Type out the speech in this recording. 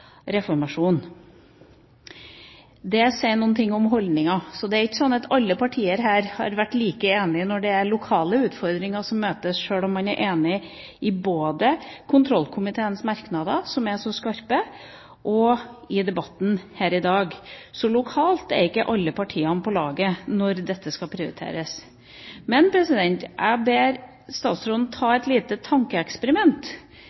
reformasjonen. Det sier noe om holdninga. Så det er ikke sånn at alle partier har vært like enige når det er lokale utfordringer som møtes, sjøl om man er enig både i kontrollkomiteens merknader, som er så skarpe, og i debatten her i dag. Lokalt er ikke alle partiene på laget når dette skal prioriteres. Men jeg ber statsråden